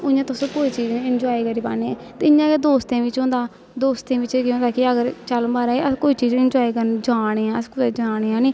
उइ'यां तुस कोई चीज निं इनजाए करी पान्ने ते इ'यां गै दोस्तें बिच्च होंदा दोस्तें बिच्च एह् केह् होंदा कि अगर चल म्हाराज अगर कोई चीज इनजाए करने जा ने आं अस कुदै जा ने है निं